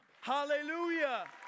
hallelujah